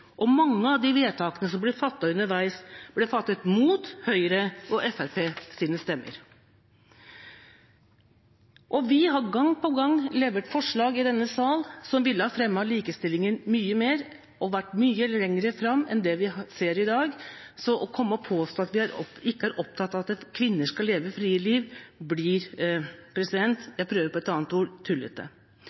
og mange av de vedtakene som ble fattet underveis, ble fattet mot Høyres og Fremskrittspartiets stemmer. Vi har gang på gang levert forslag i denne salen som ville ha fremmet likestillingen mye mer, og vi ville vært mye lenger framme enn det vi ser i dag, så å komme og påstå at vi ikke er opptatt av at kvinner skal leve frie liv, blir – president, jeg prøver på et annet ord – tullete.